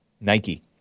Nike